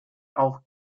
auch